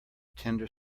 tender